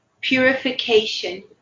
purification